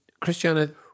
Christiana